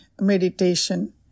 meditation